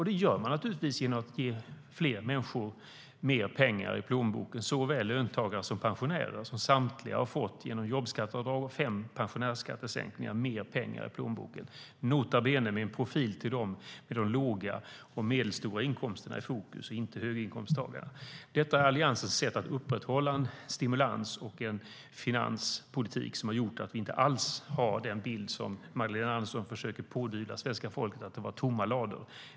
Det gör man naturligtvis genom att ge fler människor mer pengar i plånboken, såväl löntagare som pensionärer, vilket samtliga har fått genom jobbskatteavdrag och fem pensionärsskattesänkningar. Det har gett mer pengar i plånboken - nota bene med fokus på dem med låga och medelstora inkomster, inte höginkomsttagarna. Detta är Alliansens sätt att upprätthålla en stimulans och finanspolitik, som har gjort att vi inte alls ser den bild som Magdalena Andersson försöker pådyvla svenska folket, nämligen tomma lador.